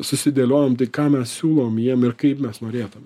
susidėliojom tai ką mes siūlom jiem ir kaip mes norėtume